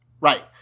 Right